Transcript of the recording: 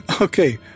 Okay